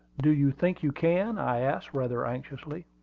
do you think you can? i asked, rather anxiously.